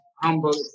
humble